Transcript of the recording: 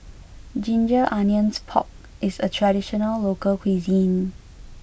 Ginger Onions Pork is a traditional local cuisine